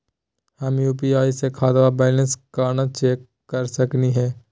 हम यू.पी.आई स खाता बैलेंस कना चेक कर सकनी हे?